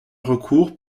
recours